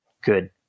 good